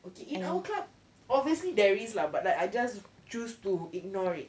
okay in our club obviously there is lah but like I just choose to ignore it